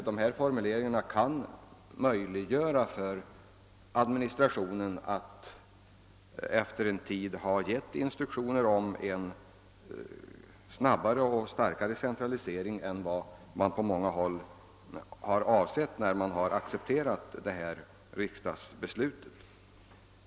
De kan möjliggöra för administrationen att efter en tid ge instruktioner om en snabbare och starkare centralisering än vad man på många håll har avsett när man accepterat riksdagsbeslutet.